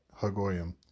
Hagoyim